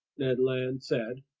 ned land said.